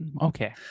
okay